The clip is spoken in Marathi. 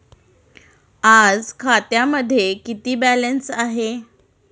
आज खात्यामध्ये किती बॅलन्स आहे?